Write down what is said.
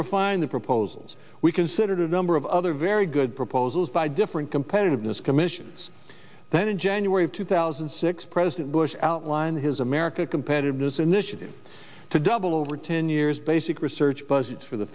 refine the proposals we considered a number of other very good proposals by different compelling this commission's then in january of two thousand and six president bush outlined his america competitiveness initiative to double over ten years basic research budget for the